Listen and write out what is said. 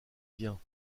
vient